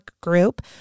group